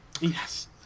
Yes